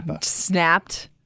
snapped